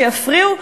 שיפריעו,